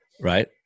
Right